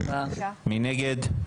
מי נגד?